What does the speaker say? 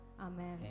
Amen